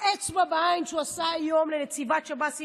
האצבע בעין שהוא עשה היום לנציבת שב"ס,